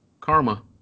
Karma